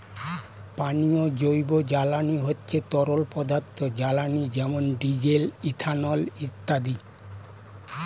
পানীয় জৈব জ্বালানি হচ্ছে তরল পদার্থ জ্বালানি যেমন ডিজেল, ইথানল ইত্যাদি